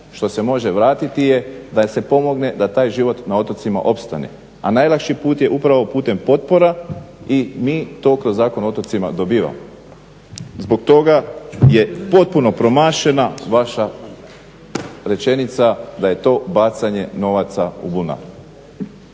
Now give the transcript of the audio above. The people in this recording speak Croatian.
što se može vratiti je da se pomogne da taj život na otocima opstane, a najlakši put je upravo putem potpora i mi to kroz Zakon o otocima dobivamo. Zbog toga je potpuno promašena vaša rečenica da je to bacanje novaca u bunar.